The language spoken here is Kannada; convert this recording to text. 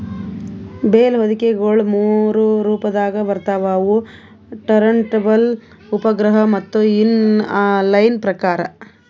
ಬೇಲ್ ಹೊದಿಕೆಗೊಳ ಮೂರು ರೊಪದಾಗ್ ಬರ್ತವ್ ಅವು ಟರಂಟಬಲ್, ಉಪಗ್ರಹ ಮತ್ತ ಇನ್ ಲೈನ್ ಪ್ರಕಾರ್